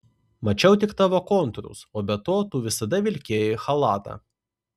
mačiau tik tavo kontūrus o be to tu visada vilkėjai chalatą